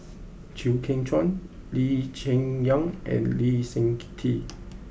Chew Kheng Chuan Lee Cheng Yan and Lee Seng ke Tee